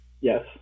Yes